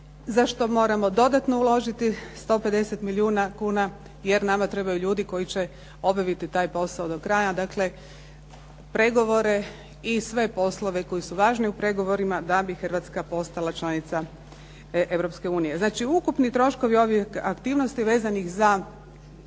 za što moramo dodatno uložiti 150 milijuna kuna, jer nama trebaju ljudi koji će obaviti taj posao do kraja. Dakle, pregovore i sve poslove koji su važni u pregovorima da bi Hrvatska postala članica Europske unije. Znači, ukupni troškovi ovih aktivnosti vezanih za